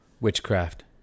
witchcraft